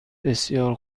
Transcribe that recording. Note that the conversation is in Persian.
بسیار